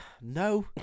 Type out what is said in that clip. No